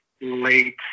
Late